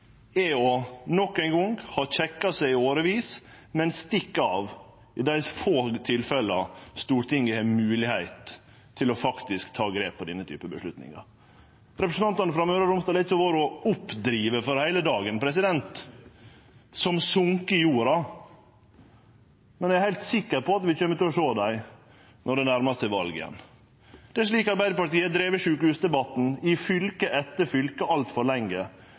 er at dei, etter å ha kjekka seg i årevis, stikk av i dei få tilfella Stortinget har moglegheit til faktisk å ta grep i denne typen avgjerder. Representantane frå Møre og Romsdal har ikkje vore å oppdrive i heile dag, dei er som sokne i jorda. Men eg er heilt sikker på at vi kjem til å sjå dei når det nærmar seg val igjen. Det er slik Arbeidarpartiet har drive sjukehusdebatten, i fylke etter fylke, altfor lenge.